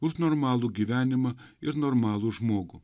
už normalų gyvenimą ir normalų žmogų